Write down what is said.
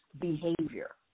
behavior